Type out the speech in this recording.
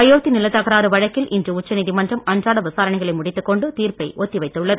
அயோத்தி நிலத்தகராறு வழக்கில் இன்று உச்சநீதிமன்றம் அன்றாட விசாரணைகளை முடித்துக்கொண்டு தீர்ப்பை ஒத்தி வைத்துள்ளது